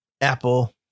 apple